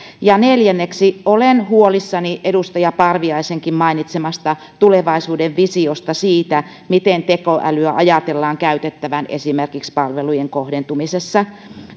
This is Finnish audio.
neljänneksi olen huolissani edustaja parviaisenkin mainitsemasta tulevaisuuden visiosta miten tekoälyä ajatellaan käytettävän esimerkiksi palvelujen kohdentumisessa